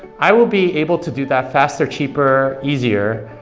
i will be able to do that faster, cheaper, easier,